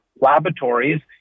laboratories